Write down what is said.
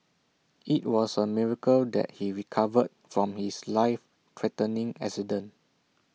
IT was A miracle that he recovered from his life threatening accident